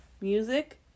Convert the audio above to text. Music